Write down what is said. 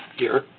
here.